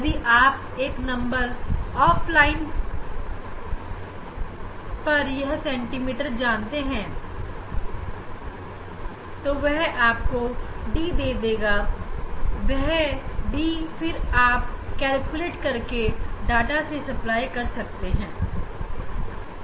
यदि आप number of line पर सेंटीमीटर जानते हैं तो वह आपको डी दे देगा वह डी फिर आप कैलकुलेट करके आगे की गणना कर सकते हैं